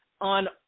on